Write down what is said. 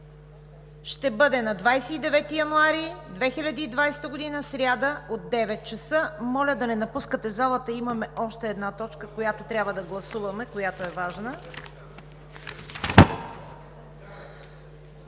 ще бъде на 29 януари 2020 г., сряда, от 9,00 ч. Моля да не напускате залата – имаме още една точка, която трябва да гласуваме, която е важна.